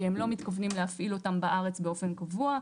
כי הם לא מתכוונים להפעיל אותם בארץ באופן קבוע.